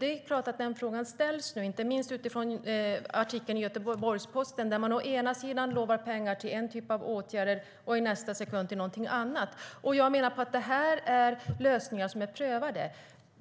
Det är klart att den frågan nu ställs, inte minst utifrån artikeln i Göteborgs-Posten, där man i ena stunden lovar pengar till en typ av åtgärder och i nästa till någonting annat. Jag menar att det är lösningar som har prövats.